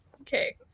Okay